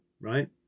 right